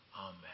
Amen